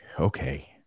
okay